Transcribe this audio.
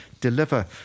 deliver